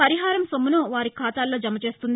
పరిహారం సొమ్మను వారి ఖాతాల్లో జమ చేస్తుంది